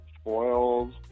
spoiled